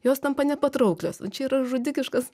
jos tampa nepatrauklios o čia yra žudikiškas